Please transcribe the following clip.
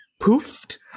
poofed